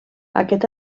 aquest